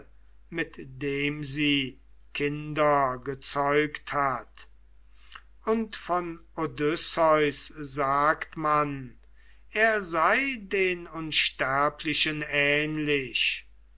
mit dem sie kinder gezeugt hat und von odysseus sagt man er sei den unsterblichen ähnlich